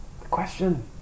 Question